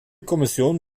kommission